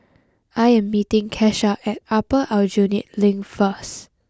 I am meeting Kesha at Upper Aljunied Link first